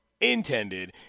intended